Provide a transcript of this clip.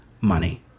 money